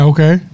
Okay